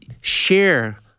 share